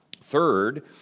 Third